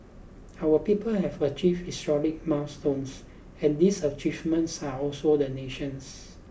our people have achieved historic milestones and these achievements are also the nation's